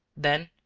then,